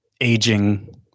aging